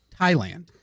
Thailand